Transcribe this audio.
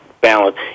balance